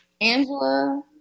angela